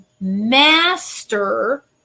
master